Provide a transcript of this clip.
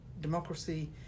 democracy